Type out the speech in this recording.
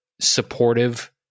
supportive